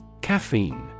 Caffeine